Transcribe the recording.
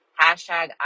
hashtag